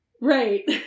Right